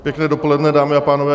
Pěkné dopoledne, dámy a pánové.